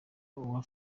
uwa